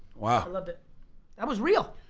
wow. ah but that was real.